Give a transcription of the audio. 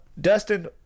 Dustin